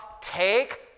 take